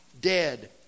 dead